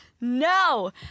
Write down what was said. No